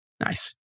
nice